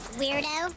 weirdo